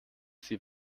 sie